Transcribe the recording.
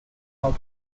how